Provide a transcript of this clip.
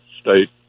state